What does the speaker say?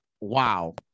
wow